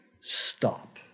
Stop